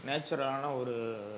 நேச்சுரான ஒரு